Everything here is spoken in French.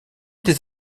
des